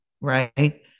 right